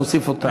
אני אוסיף אותה.